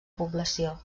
població